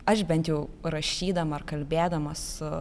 aš bent jau rašydama ar kalbėdama su